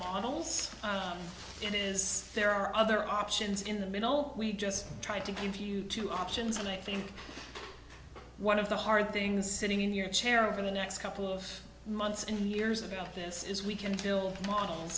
models it is there are other options in the middle we just try to give you two options and i think one of the hard things sitting in your chair over the next couple of months and years ago this is we can build model